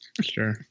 Sure